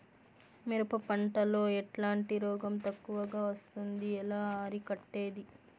మిరప పంట లో ఎట్లాంటి రోగం ఎక్కువగా వస్తుంది? ఎలా అరికట్టేది?